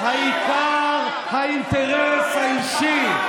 העיקר האינטרס האישי.